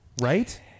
right